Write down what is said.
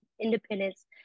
independence